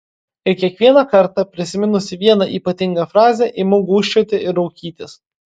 ir kiekvieną kartą prisiminusi vieną ypatingą frazę imu gūžčioti ir raukytis